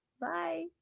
Bye